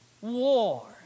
war